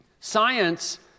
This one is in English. Science